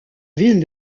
ville